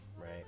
Right